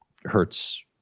hurts